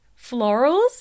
florals